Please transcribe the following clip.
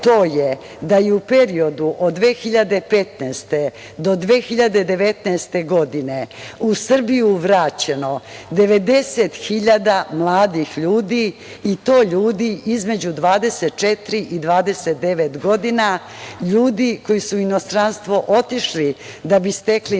to je da je u periodu od 2015. godine do 2019. godine, u Srbiju vraćeno 90000 mladih ljudi i to ljudi između 24 i 29 godina, ljudi koji su u inostranstvo otišli da bi stekli